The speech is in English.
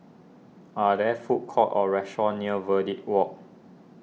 are there food courts or restaurants near Verde Walk